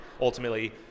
ultimately